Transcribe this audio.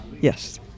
Yes